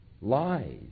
lies